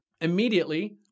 Immediately